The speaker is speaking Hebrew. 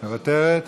מוותרת?